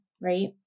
right